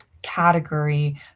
category